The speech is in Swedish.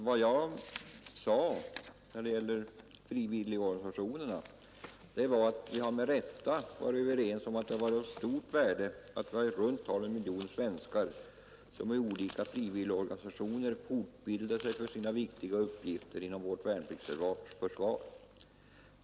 Vad jag sade om frivilligorganisationerna var: ”Vi har med rätta varit överens om att det har varit av stort värde att i runt tal en miljon svenskar i olika frivilligorganisationer fortbildar sig för sina viktiga uppgifter inom vårt värnpliktsförsvar.